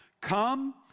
Come